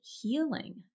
healing